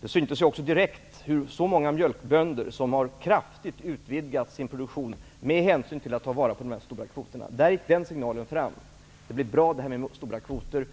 Det syntes också direkt att många mjölkbönder kraftigt utvidgade sin produktion för att ta vara på dessa stora kvoter. Där gick signalen fram: Det blir bra detta med stora kvoter.